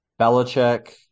Belichick